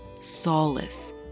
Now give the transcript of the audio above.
solace